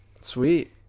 Sweet